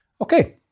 Okay